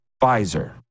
Pfizer